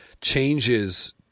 changes